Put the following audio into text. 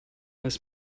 this